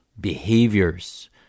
behaviors